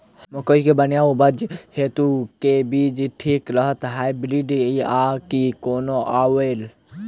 मकई केँ बढ़िया उपज हेतु केँ बीज ठीक रहतै, हाइब्रिड आ की कोनो आओर?